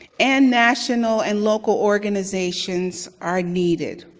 and national and local organizations, are needed.